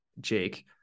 Jake